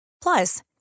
Plus